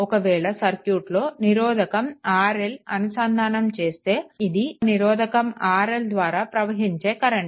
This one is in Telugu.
ఒకవేళ సర్క్యూట్లో నిరోధకం RL అనుసంధానం చేస్తే ఇది నిరోధకం RL ద్వారా ప్రవహించే కరెంట్